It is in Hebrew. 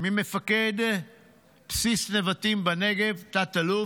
ממפקד בסיס נבטים בנגב, תת-אלוף,